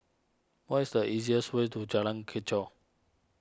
what is the easiest way to Jalan Kechot